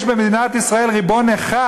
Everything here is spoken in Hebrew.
יש במדינת ישראל ריבון אחד,